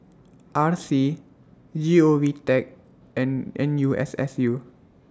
R C Govtech and N U S S U